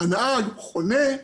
הנהג חונה,